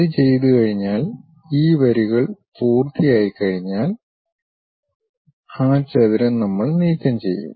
അത് ചെയ്തുകഴിഞ്ഞാൽ ഈ വരികൾ പൂർത്തി ആയിക്കഴിഞ്ഞാൽ ആ ചതുരം നമ്മൾ നീക്കം ചെയും